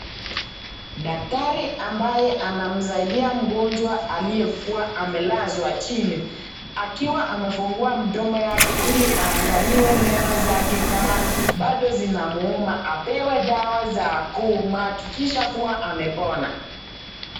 Daktari ambaye anamsaidia mgonjwa aliyekuwa amelazwa chini akiwa amefungua mdomo yake ili aangaliwe meno zake kama bado zinamuuma apewa dawa za kumuakikisha kuwa amepona.